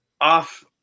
off